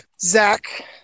Zach